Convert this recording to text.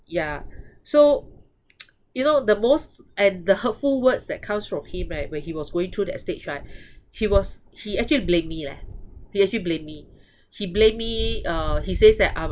yeah so you know the most and the hurtful words that comes from him right when he was going through that stage right he was he actually blame me leh he actually blame me he blame me uh he says that I'm